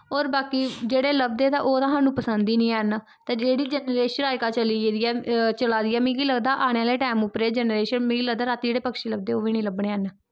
और बाकि जेह्ड़े लभदे ते ओह् ते स्हानू पसंद ही निं हैन ते जेह्ड़ी जनरेशन अजकल्ल चली गेदी ऐ चला दी ऐ मिगी लगदा आने आह्ले टैम उप्पर एह् जनरेशन मिगी लगदा राती जेह्ड़े पक्षी लब्बदे ओह् वी निं लब्बने हैन